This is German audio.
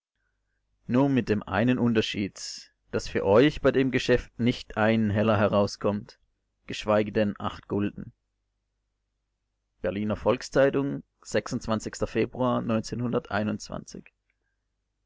nur mit dem einen unterschied daß für euch bei dem geschäft nicht ein heller herauskommt geschweige denn acht gulden berliner volks-zeitung februar